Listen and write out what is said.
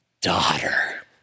Daughter